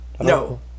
No